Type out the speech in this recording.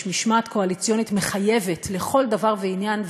יש משמעת קואליציונית מחייבת לכל דבר ועניין,